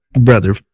brother